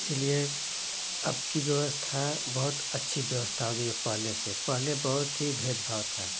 इसीलिए अब की व्यवस्था बहुत अच्छी व्यवस्था हो गई है पहले से पहले बहुत ही भेदभाव था